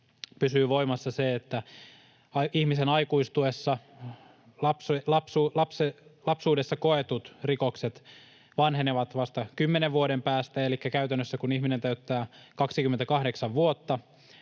pysyy voimassa se, että ihmisen aikuistuessa lapsuudessa koetut rikokset vanhenevat vasta 10 vuoden päästä elikkä käytännössä, kun ihminen täyttää 28 vuotta.